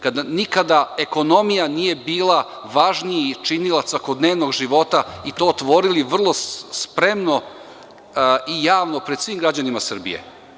Kada nikada ekonomija nije bila važniji činilac svakodnevnog života i to tvorili vrlo spremno i javno pred svim građanima Srbije.